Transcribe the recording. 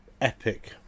epic